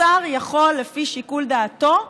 השר יכול, לפי שיקול דעתו,